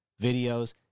videos